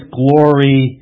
glory